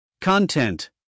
Content